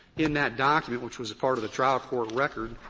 in that document, which was a part of the trial court record,